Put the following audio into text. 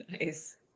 Nice